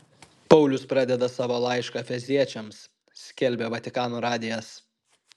paulius pradeda savo laišką efeziečiams skelbia vatikano radijas